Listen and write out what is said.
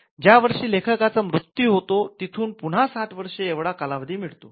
ज्या वर्षी लेखकाचा मृत्यू होतो तिथून पुन्हा ६० वर्ष एवढा कालावधी मिळतो